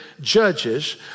judges